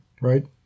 Right